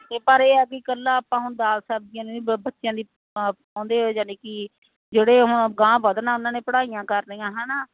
ਪਰ ਇਹ ਹੈ ਵੀ ਇਕੱਲਾ ਆਪਾਂ ਹੁਣ ਦਾਲ ਸਬਜ਼ੀਆਂ ਨੂੰ ਵੀ ਬੱਚਿਆਂ ਦੀ ਖਾਉਂਦੇ ਹੋ ਯਾਨੀ ਕਿ ਜਿਹੜੇ ਹੁਣ ਅਗਾਂਹ ਵਧਣਾ ਉਹਨਾਂ ਨੇ ਪੜ੍ਹਾਈਆਂ ਕਰਨੀਆਂ ਹੈ ਨਾ